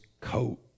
coat